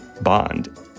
bond